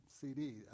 CD